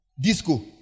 Disco